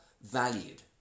valued